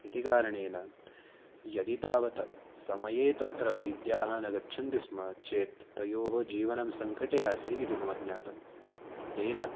इति कारणेन यदि तावत् समये तत्र वैद्याः न गच्छन्ति स्म चेत् तयोः जीवनं सङ्कटे आसीत् इति मम ज्ञातं तेन